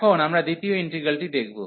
এখন আমরা দ্বিতীয় ইন্টিগ্রালটি দেখব